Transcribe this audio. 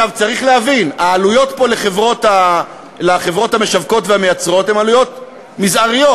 צריך להבין: העלויות פה לחברות המשווקות והמייצרות הן עלויות מזעריות.